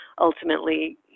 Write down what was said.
ultimately